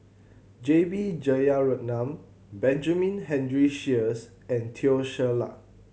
J B Jeyaretnam Benjamin Henry Sheares and Teo Ser Luck